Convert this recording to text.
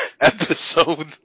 episode